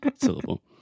syllable